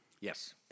Yes